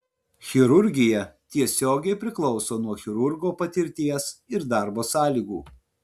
chirurgija tiesiogiai priklauso nuo chirurgo patirties ir darbo sąlygų